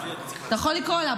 אתה יכול לקרוא לה,